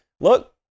Look